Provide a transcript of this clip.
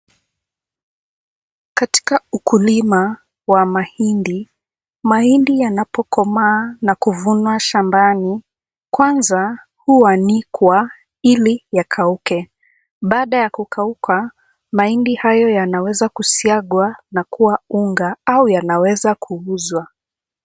Katika ukulima wa mahindi, mahindi yanapokomaa na kuvunwa shambani, kwanza huanikwa ili yakauke. Baada ya kukauka mahindi hayo yanaweza kusiagwa na kuwa unga au yanaweza kuuzwa.